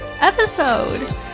episode